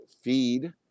feed